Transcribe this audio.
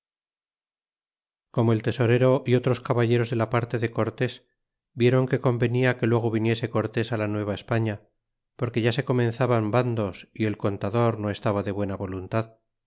como el tesorero y otros caballeros de la parte de cortes vieron que convenia que luego viniese cortés la nueva españa porque ya se comenzaban bandos y el contador no estaba de buena voluntad